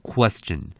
Question